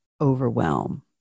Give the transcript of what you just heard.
overwhelm